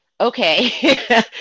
Okay